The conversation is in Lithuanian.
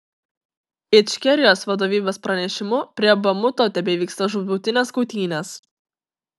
ičkerijos vadovybės pranešimu prie bamuto tebevyksta žūtbūtinės kautynės